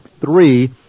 three